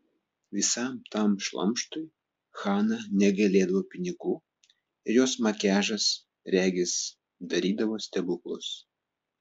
visam tam šlamštui hana negailėdavo pinigų ir jos makiažas regis darydavo stebuklus